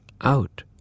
Out